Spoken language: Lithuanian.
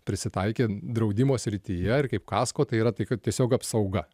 prisitaikė draudimo srityje ir kaip kasko tai yra tai kad tiesiog apsauga